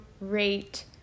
rate